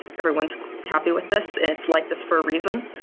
everyone is happy with this. it's like this for a reason.